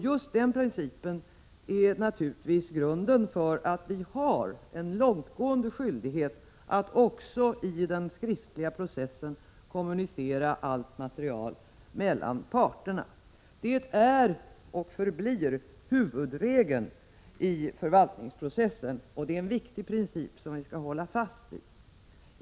Just den principen är naturligtvis grunden för att vi har en långtgående skyldighet att också i den skriftliga processen kommunicera allt material mellan parterna. Det är och förblir huvudregeln i förvaltningsprocessen, och det är en viktig princip, som vi skall hålla fast vid.